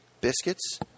biscuits